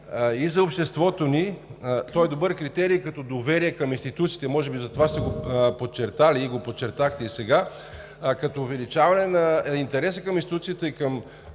за обществото ни. Той е добър критерий като доверие към институциите – може би затова сте го подчертали, подчертахте го и сега, като увеличаване на интереса към институцията и към